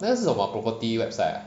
那个是什么 property website ah